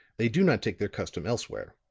they do not take their custom elsewhere.